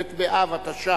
ב' באב התשע"א,